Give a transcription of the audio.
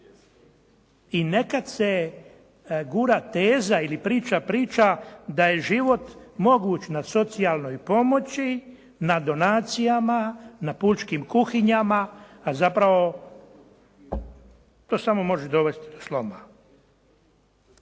i nekad se gura teza ili priča priča da je život moguć na socijalnoj pomoći, na donacijama, na pučkim kuhinjama, a zapravo to samo može dovesti do sloma.